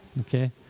Okay